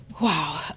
Wow